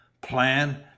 plan